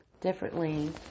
differently